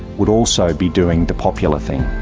would also be doing the popular thing.